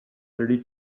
thirty